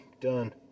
Done